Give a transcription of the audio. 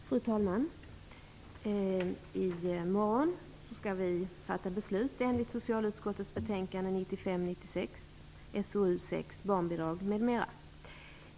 Fru talman! I morgon skall vi fatta beslut enligt socialutskottets betänkande 1995/96:SoU6 Barnbidrag m.m.